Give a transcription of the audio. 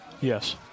Yes